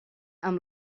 amb